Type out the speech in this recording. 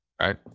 right